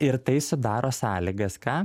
ir tai sudaro sąlygas ką